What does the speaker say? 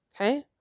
Okay